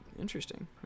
interesting